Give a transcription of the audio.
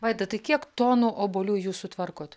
vaida tai kiek tonų obuolių jūs sutvarkot